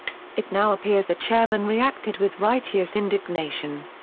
it now appears the chairman reacted with righteous indignation.